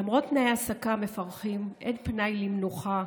למרות תנאי ההעסקה המפרכים, אין פנאי למנוחה,